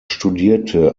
studierte